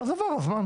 אז עבר הזמן.